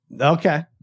Okay